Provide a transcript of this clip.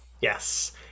Yes